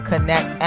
connect